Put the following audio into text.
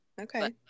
Okay